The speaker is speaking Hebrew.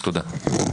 תודה.